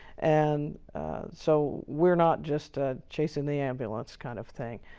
and so, we're not just ah chasing the ambulance kind of thing.